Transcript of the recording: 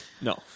No